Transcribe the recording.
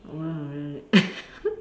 !wow! really